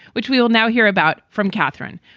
which we will now hear about from catherine.